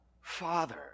Father